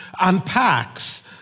unpacks